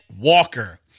Walker